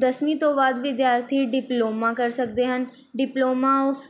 ਦਸਵੀਂ ਤੋਂ ਬਾਅਦ ਵਿਦਿਆਰਥੀ ਡਿਪਲੋਮਾ ਕਰ ਸਕਦੇ ਹਨ ਡਿਪਲੋਮਾ ਔਫ